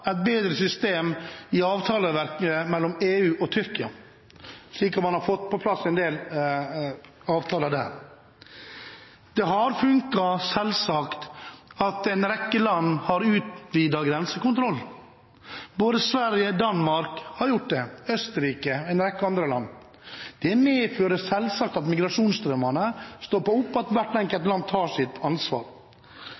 et bedre system i avtaleverket mellom EU og Tyrkia, og at man har fått på plass en del avtaler der. Det har fungert, selvsagt, at en rekke land har utvidet grensekontrollen. Både Sverige og Danmark har gjort det, Østerrike og en rekke andre land også. Det medfører selvsagt at migrasjonsstrømmene stopper opp, og at hvert enkelt